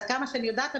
עד כמה שאני יודעת,